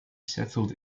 settled